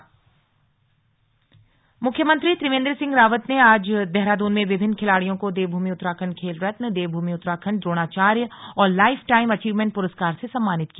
lifetime achievement पुरस्कार मुख्यमंत्री त्रिवेन्द्र सिंह रावत ने आज देहरादून में विभिन्न खिलाड़ियों को देवभूमि उत्तराखण्ड खेलरत्न देवभूमि उत्तराखण्ड द्रोणाचार्य और लाइफटाइम अचीवमेंट पुरस्कार से सम्मानित किया